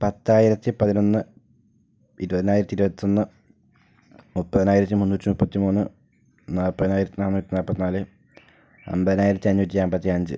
പത്തായിരത്തി പതിനൊന്ന് ഇരുപത്തിനായിരത്തി ഇരുപത്തൊന്ന് മുപ്പതിനായിരത്തി മുന്നൂറ്റി മുപ്പത്തി മൂന്ന് നാപ്പത്തിനായിരത്തി നാന്നൂറ്റി നാപ്പത്തി നാല് അമ്പതിനായിരത്തി അഞ്ഞൂറ്റി നാപ്പത്തി അഞ്ച്